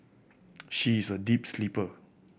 she is a deep sleeper